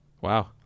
wow